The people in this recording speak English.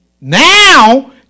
Now